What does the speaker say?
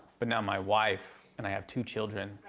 but now my wife and i have two children,